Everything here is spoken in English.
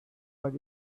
but